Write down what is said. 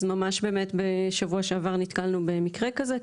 אז ממש באמת בשבוע שעבר נתקלנו במקרה כזה.